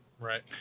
Right